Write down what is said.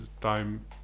time